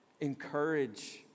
encourage